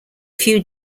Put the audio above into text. few